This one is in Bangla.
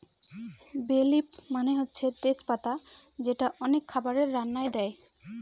বে লিফ মানে হচ্ছে তেজ পাতা যেটা অনেক খাবারের রান্নায় দেয়